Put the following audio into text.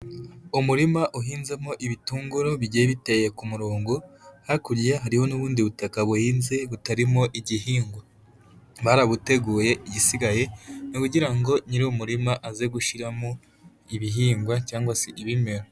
Umurima uhinzemo ibitunguru bigiye biteye ku murongo, hakurya hariho n'ubundi butaka buhinze butarimo igihingwa, barabuteguye igisigaye ni ukugira ngo nyiri'umurima aze gushyiramo ibihingwa cyangwa se ibimera.